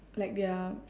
like they are